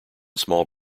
small